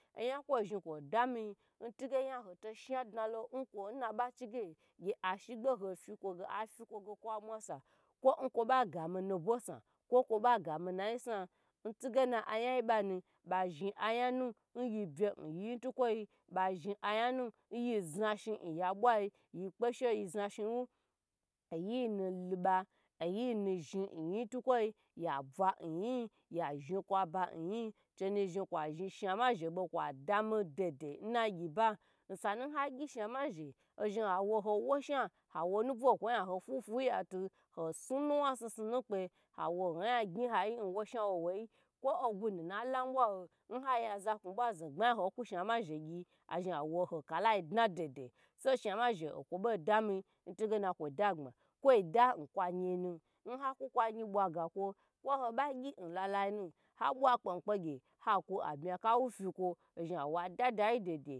O nyaku zhni ko dami n tunge nyaho toshna dnalo fyikwo afyikwo kwa mwusa kwo kwobe gami nubwo snu kwo kwobe gami nayi snan tugyi anyayi benu bezhni anyanu yei bye n yei tukwo bezhni anyanu yei zhehi n yabwai yekpe she yei zhehi wu oyie nwu lube oyei nu zhni yie tukwai yabwa n yie yazhni kwaba yie che nezhni shnuma zhebo kwadami n na gyiba osanu hagyi shnuma zhe hozhni hawo ho wna she hawo nubwo ho fyifyi tu hosnu nuwna snusnu nukpe hawo hogye n wo shna kpe kwoi ogwu nai la n bwa wu shnuma zhe o kwo bo dami n tuge na kwo dagbma kwo da n kwa nyinu n hakwu kwa nyi bwaga kwu kwo hobe gyi n lalai nu habwa kpen kpegye wokwu abmikyafekwo ha wo adadyi dyidyi